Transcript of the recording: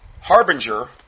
harbinger